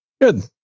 Good